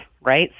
right